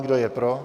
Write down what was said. Kdo je pro?